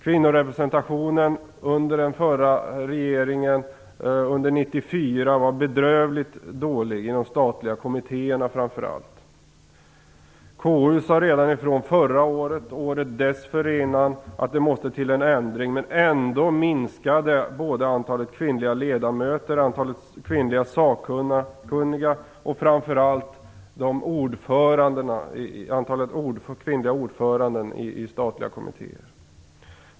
Kvinnorepresentationen 1994, under den förra regeringen, var bedrövligt dålig, framför allt i de statliga kommittéerna. KU sade ifrån redan förra året och året dessförinnan att det måste till en ändring, men ändå minskade antalet kvinnliga ledamöter, antalet kvinnliga sakkunniga och framför allt antalet kvinnliga ordförande i statliga kommittéer.